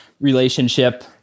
relationship